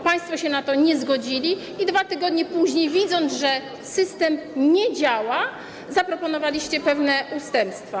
Państwo się na to nie zgodzili i 2 tygodnie później, widząc, że system nie działa, zaproponowaliście pewne ustępstwa.